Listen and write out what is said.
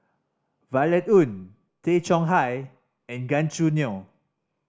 Violet Oon Tay Chong Hai and Gan Choo Neo